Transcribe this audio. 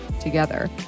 together